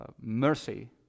mercy